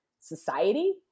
society